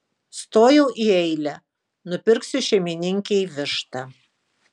stojau į eilę nupirksiu šeimininkei vištą